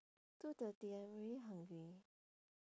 two thirty I'm already hungry